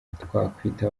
twakwita